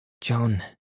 John